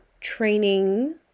training